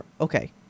Okay